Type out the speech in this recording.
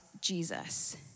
Jesus